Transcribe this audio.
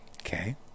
Okay